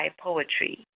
poetry